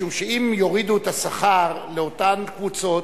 משום שאם יורידו את השכר לאותן קבוצות,